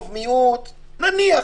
מחיצות, ללא כיבוד, דברים כאלה.